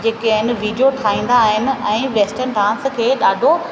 जेके आहिनि वीडियो ठाहींदा आहिनि ऐं वेस्टन डांस खे ॾाढो